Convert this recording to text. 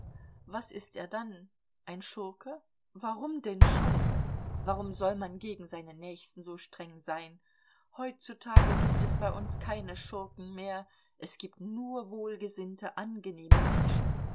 was ist er dann ein schurke warum denn schurke warum soll man gegen seine nächsten so streng sein heutzutage gibt es bei uns keine schurken mehr es gibt nur wohlgesinnte angenehme menschen